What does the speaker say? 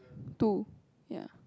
two ya